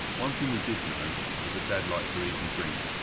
one thing we did know is that dad liked to eat and drink.